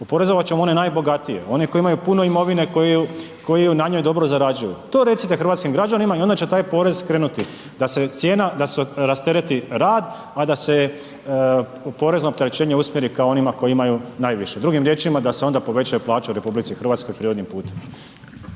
oporezovat ćemo one najbogatije, one koji imaju puno imovine koji na njoj dobro zarađuju, to recite hrvatskim građanima i onda će taj porez krenuti, da se cijena, da se rastereti rad, a da se porezno opterećenje usmjeri ka onima koji imaju najviše, drugim riječima da se onda povećaju plaće u RH prirodnim putem.